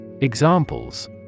Examples